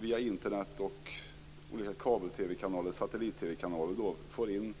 Via Internet och olika kabel-tv-kanaler, satellit-tv-kanaler, får vi in